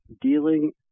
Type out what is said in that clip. dealing